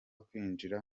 kwinjira